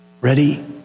Ready